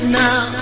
now